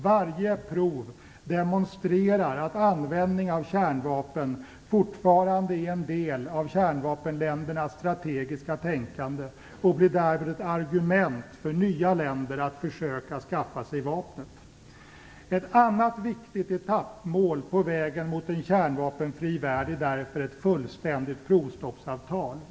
Varje prov demonstrerar att användning av kärnvapen fortfarande är en del av kärnvapenländernas strategiska tänkande, och blir därmed ett argument för nya länder att försöka skaffa sig det här vapnet. Ett annat viktigt etappmål på vägen mot en kärnvapenfri värld är därför ett fullständigt provstoppsavtal.